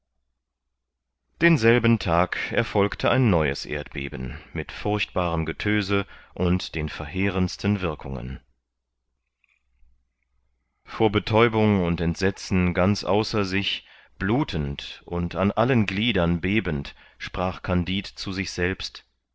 denselben tag erfolgte ein neues erdbeben mit furchtbarem getöse und den verheerendsten wirkungen vor betäubung und entsetzen ganz außer sich blutend und an allen gliedern bebend sprach kandid zu sich selbst